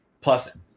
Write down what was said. plus